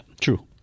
true